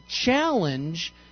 challenge